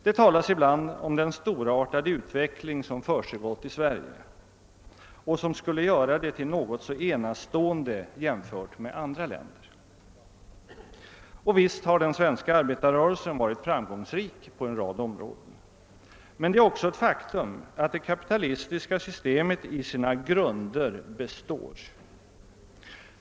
Det talas ibland om den storartade utveckling som försigått i Sverige och som skulle vara så enastående jämfört med utvecklingen i andra länder. Och visst har den svenska arbetarrörelsen varit framgångsrik på en rad områden. Men det är också ett faktum att det kapitalistiska systemet i sina grunder består.